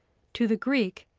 to the greek,